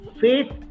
faith